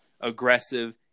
aggressive